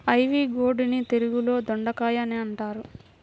ivy gourd ని తెలుగులో దొండకాయ అని అంటారు